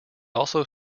also